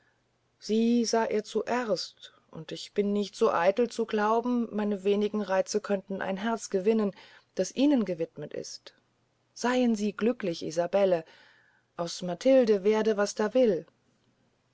sie sah er zuerst und ich bin nicht so eitel zu glauben meine wenigen reize könnten ein herz gewinnen das ihnen gewidmet ist seyn sie glücklich isabelle aus matilden werde was da will